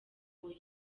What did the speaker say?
oya